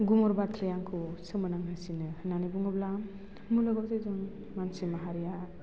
गुमुर बाथ्राया आंखौ सोमोनांहोसिनो होन्नानै बुङोब्ला मुलुगाव जेजों मानसि माहारिया